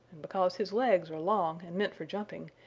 and because his legs are long and meant for jumping,